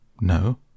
No